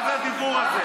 מה זה הדיבור הזה?